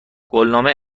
قولنامه